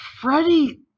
Freddie